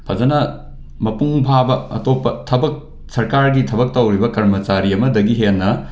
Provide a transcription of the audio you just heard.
ꯐꯖꯅ ꯃꯄꯨꯡ ꯐꯥꯕ ꯑꯇꯣꯞꯄ ꯊꯕꯛ ꯁꯔꯀꯥꯔꯒꯤ ꯊꯕꯛ ꯇꯧꯔꯤꯕ ꯀꯔꯃꯆꯥꯔꯤ ꯑꯃꯗꯒꯤ ꯍꯦꯟꯅ